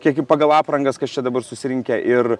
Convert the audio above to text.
kiek pagal aprangas kas čia dabar susirinkę ir